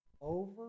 over